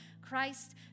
Christ